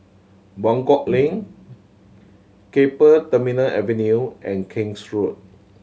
Buangkok Link Keppel Terminal Avenue and King's Road